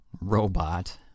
robot